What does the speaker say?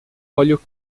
óleo